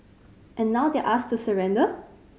and now they're asked to surrender